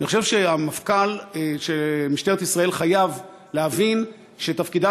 אני חושב שהמפכ"ל של משטרת ישראל חייב להבין שתפקידה